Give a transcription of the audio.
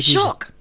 Shock